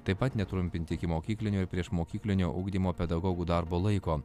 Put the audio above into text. taip pat netrumpinti ikimokyklinio ir priešmokyklinio ugdymo pedagogų darbo laiko